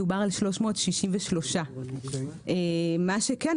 דובר על 363. מה שכן,